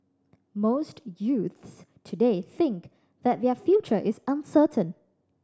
most youths today think that their future is uncertain